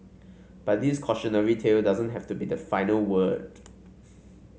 but this cautionary tale doesn't have to be the final word